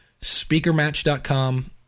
SpeakerMatch.com